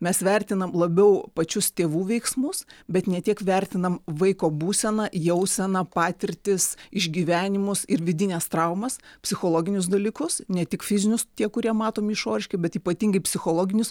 mes vertinam labiau pačius tėvų veiksmus bet ne tiek vertinam vaiko būseną jauseną patirtis išgyvenimus ir vidines traumas psichologinius dalykus ne tik fizinius tie kurie matomi išoriškai bet ypatingai psichologinius